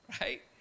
Right